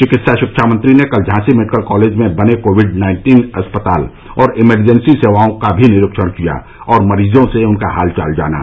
चिकित्सा शिक्षा मंत्री ने कल झांसी मेडिकल कॉलेज में बने कोविड नाइन्टीन अस्पताल और इमरजेंसी सेवाओं का भी निरीक्षण किया और मरीजों से उनका हालचाल जाना